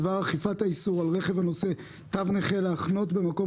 בדבר אכיפת האיסור על רכב הנושא תו נכה להחנות במקום